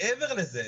מעבר לזה,